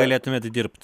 galėtumėt dirbt